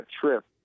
trip